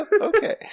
okay